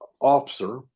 officer